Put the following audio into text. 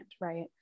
right